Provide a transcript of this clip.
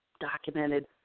documented